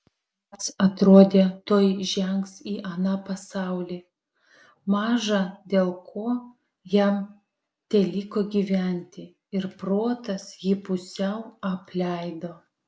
pats atrodė tuoj žengs į aną pasaulį maža dėl ko jam teliko gyventi ir protas jį pusiau apleido